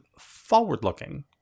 forward-looking